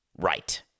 right